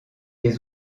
des